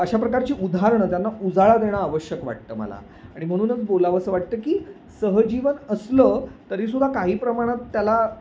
अशा प्रकारची उदाहरणं त्यांना उजाळा देणं आवश्यक वाटतं मला आणि म्हणूनच बोलावसं वाटतं की सहजीवन असलं तरी सुद्धा काही प्रमाणात त्याला